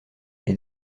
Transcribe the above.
est